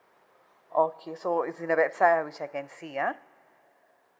okay so it's in the website uh which I can see ah